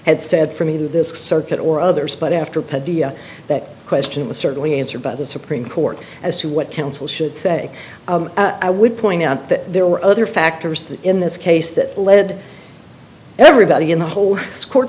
had said from either this circuit or others but after dia that question was certainly answered by the supreme court as to what counsel should say i would point out that there were other factors in this case that led everybody in the whole court